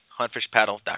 huntfishpaddle.com